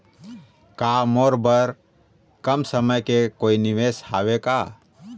का मोर बर कम समय के कोई निवेश हावे का?